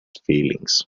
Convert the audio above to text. feelings